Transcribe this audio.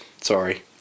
sorry